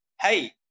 Hey